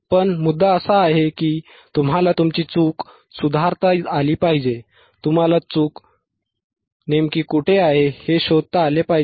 पण मुद्दा असा आहे की तुम्हाला तुमची चूक सुधारता आली पाहिजे तुम्हाला चूक नेमकी कुठे आहे हे शोधता आले पाहिजे